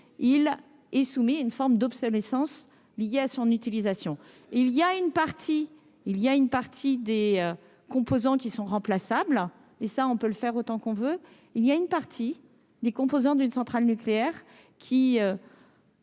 il est soumis à une forme d'obsolescence lié à son utilisation et il y a une partie il y a une partie des composants qui sont remplaçables et ça on peut le faire, autant qu'on veut, il y a une partie des composants d'une centrale nucléaire qui.